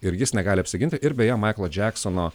ir jis negali apsiginti ir beje maiklo džeksono